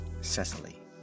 Cecily